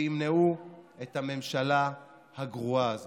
וימנעו את הממשלה הגרועה הזאת.